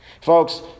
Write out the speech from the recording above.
Folks